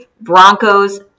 Broncos